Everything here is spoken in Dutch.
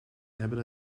hebben